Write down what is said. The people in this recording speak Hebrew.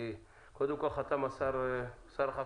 כי קודם כל חתם שר החקלאות,